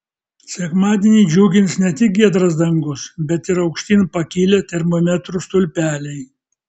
sekmadienį džiugins ne tik giedras dangus bet ir aukštyn pakilę termometrų stulpeliai